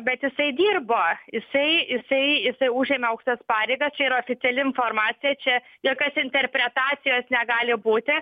bet jisai dirbo jisai jisai jisai užėmė aukštas pareigas čia yra oficiali informacija čia jokios interpretacijos negali būti